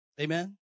Amen